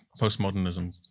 postmodernism